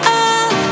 up